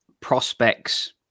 prospects